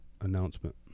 announcement